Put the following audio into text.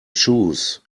choose